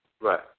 Right